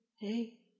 hey